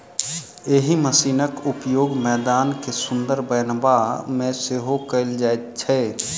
एहि मशीनक उपयोग मैदान के सुंदर बनयबा मे सेहो कयल जाइत छै